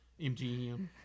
MGM